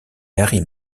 harry